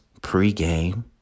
pregame